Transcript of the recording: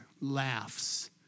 laughs